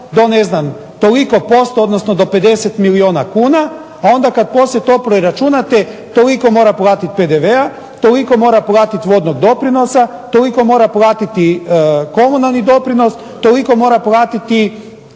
ne znam posto odnosno do 50 milijuna kuna, a onda kada poslije to preračunate toliko mora platiti PDV-a, toliko mora platiti vodnog doprinosa, toliko mora platiti komunalni doprinos, toliko mora platiti